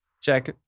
Check